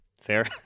Fair